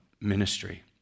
ministry